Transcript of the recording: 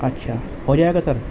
اچھا ہوجائے گا سر